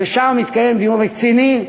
ושם יתקיים דיון רציני,